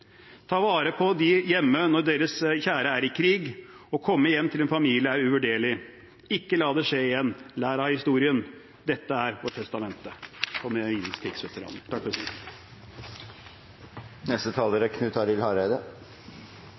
Ta vare på de hjemme når deres kjære er i krig. Å komme hjem til en familie er uvurderlig! Ikke la det skje igjen. Lær av historien! Dette er vårt testamente.